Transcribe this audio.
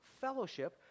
fellowship